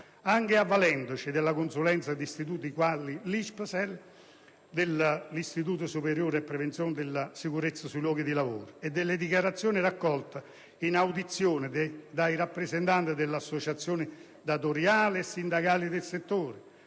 Anche avvalendoci della consulenza di istituti quali l'ISPESL (Istituto superiore per la prevenzione e la sicurezza del lavoro), e delle dichiarazioni raccolte in audizione dei rappresentanti delle associazioni datoriali e sindacali del settore,